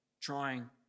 trying